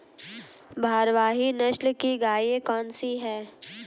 भारवाही नस्ल की गायें कौन सी हैं?